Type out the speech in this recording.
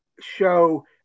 show